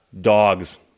dogs